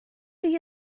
chi